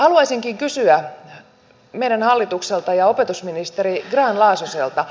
haluaisinkin kysyä meidän hallitukselta ja opetusministeri grahn laasoselta